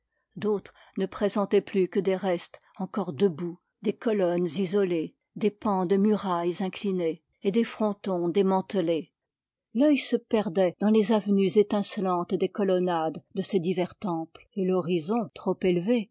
d'autres ne présentaient plus que des restes encore debout des colonnes isolées des pans de murailles inclinés et des frontons démantelés l'œil se perdait dans les avenues étincelantes des colonnades de ces divers temples et l'horizon trop élevé